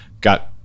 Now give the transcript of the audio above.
got